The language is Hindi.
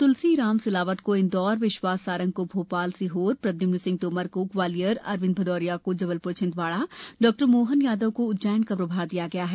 तुलसीराम सिलावट को इंदौर विश्वास सारंग को भोशल सीहोर प्रद्युम्न सिंह तोमर को ग्वालियर अरविंद भदौरिया को जबलप्र छिंदवाड़ा डॉ मोहन यादव को उज्जैन का प्रभार दिया गया है